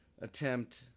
attempt